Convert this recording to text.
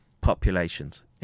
populations